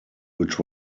which